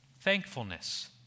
thankfulness